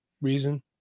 reason